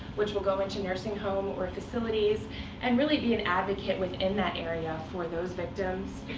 which will go into nursing home or facilities and really be an advocate within that area for those victims.